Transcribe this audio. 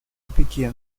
тупике